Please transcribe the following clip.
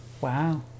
Wow